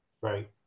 Right